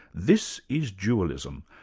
this is dualism,